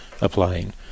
applying